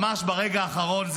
ממש ברגע האחרון.